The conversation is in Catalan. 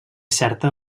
certa